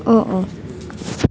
অঁ অঁ